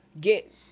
get